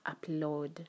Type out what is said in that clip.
upload